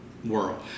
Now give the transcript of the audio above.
world